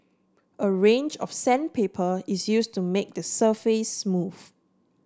a range of sandpaper is use to make the surface smooth